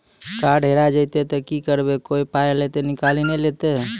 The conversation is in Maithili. कार्ड हेरा जइतै तऽ की करवै, कोय पाय तऽ निकालि नै लेतै?